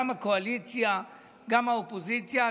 גם הקואליציה וגם האופוזיציה,